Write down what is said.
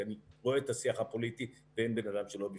כי אני רואה את השיח הפוליטי ואין בן אדם שלא בפנים.